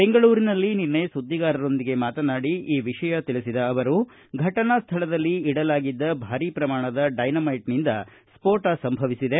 ಬೆಂಗಳೂರಿನಲ್ಲಿ ನಿನ್ನೆ ಸುದ್ದಿಗಾರರೊಂದಿಗೆ ಮಾತನಾಡಿ ಈ ವಿಷಯ ತಿಳಿಸಿದ ಅವರು ಘಟನಾ ಸ್ವಳದಲ್ಲಿ ಇಡಲಾಗಿದ್ದ ಭಾರಿ ಪ್ರಮಾಣದ ಡೈನಮೇಟ್ನಿಂದ ಸ್ಪೋಟ ಸಂಭವಿಸಿದೆ